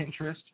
Pinterest